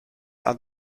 are